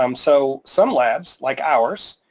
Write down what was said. um so some labs like ours,